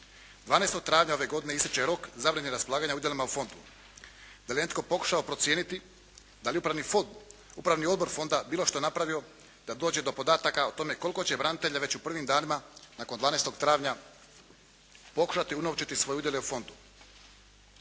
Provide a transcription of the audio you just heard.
12. travnja ove godine ističe rok zabrane raspolaganja udjelima u fondu. Da li je netko pokušao procijeniti, da li je upravni odbor fonda bilo što napravio da dođe do podataka o tome koliko će branitelja već u prvim danima nakon 12. travnja pokušati unovčiti svoje udjele u fondu.